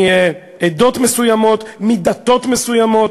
מעדות מסוימות, מדתות מסוימות,